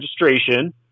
registration